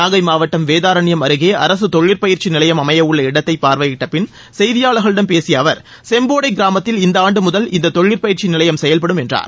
நாகை மாவட்டம் வேதாரண்யம் அருகே அரசு தொழிற்பயிற்சி நிலையம் அமையவுள்ள இடத்தை பார்வையிட்ட பின் செய்தியாளர்களிடம் பேசிய அவர் செம்போடை கிராமத்தில் இந்த ஆண்டு முதல் இந்த தொழிற்பயிற்சி நிலையம் செயல்படும் என்றார்